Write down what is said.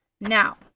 Now